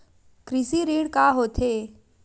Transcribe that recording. कृषि ऋण का होथे?